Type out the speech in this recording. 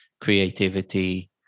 creativity